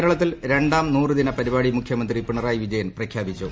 കേരളത്തിൽ രണ്ടാം നൂറുദിന് പരിപാടി മുഖ്യമന്ത്രി പിണറായി വിജയൻ പ്രഖ്യാപിച്ചു